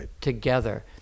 together